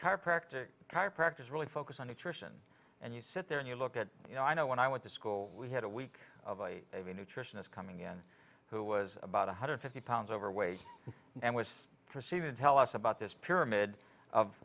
chiropractor chiropractors really focus on attrition and you sit there and you look at you know i know when i went to school we had a week of a nutritionist coming in who was about one hundred fifty pounds overweight and was receiving tell us about this pyramid of